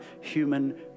human